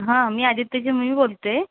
हा मी आदित्यची म्मी बोलते